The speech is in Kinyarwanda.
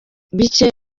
bike